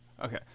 okay